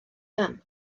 mam